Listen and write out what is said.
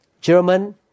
German